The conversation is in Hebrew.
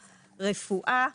רפואה,